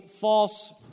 false